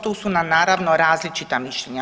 Tu su nam naravno različita mišljenja.